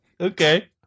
okay